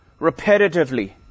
repetitively